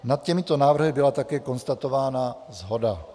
Nad těmito návrhy byla také konstatována shoda.